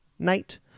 Knight